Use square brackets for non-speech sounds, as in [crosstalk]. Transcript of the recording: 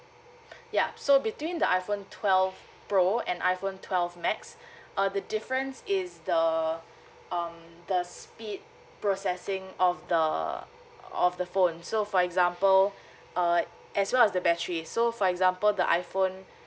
[breath] ya so between the iphone twelve pro and iphone twelve max [breath] uh the difference is the um the speed processing of the of the phone so for example uh as well as the battery so for example the iphone